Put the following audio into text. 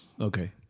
Okay